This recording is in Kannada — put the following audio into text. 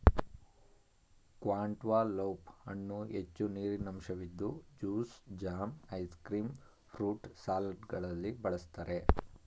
ಕ್ಯಾಂಟ್ಟಲೌಪ್ ಹಣ್ಣು ಹೆಚ್ಚು ನೀರಿನಂಶವಿದ್ದು juice, jam, ice cream, fruit ಸಲಾಡ್ಗಳಲ್ಲಿ ಬಳ್ಸತ್ತರೆ